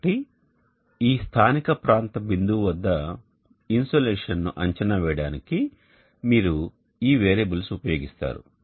కాబట్టి ఈ స్థానిక ప్రాంత బిందువు వద్ద ఇన్సోలేషన్ను అంచనా వేయడానికి మీరు ఈ వేరియబుల్స్ ఉపయోగిస్తారు